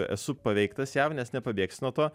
esu paveiktas jav nes nepabėgsi nuo to